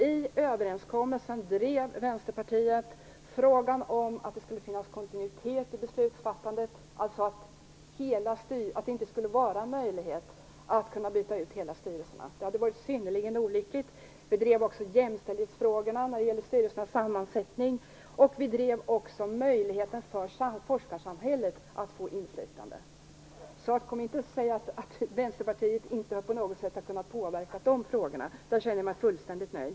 I överenskommelsen drev Vänsterpartiet frågan att det skulle finnas kontinuitet i beslutsfattandet, alltså att det inte skulle vara möjligt att byta ut hela styrelser. Det hade varit synnerligen olyckligt. Vi drev också jämställdhetsfrågorna när det gällde styrelsernas sammansättning, liksom möjligheten för forskarsamhället att få inflytande. Så kom inte och säg att Vänsterpartiet inte på något sätt har kunnat påverka dessa frågor! Jag känner mig fullständigt nöjd!